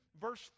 verse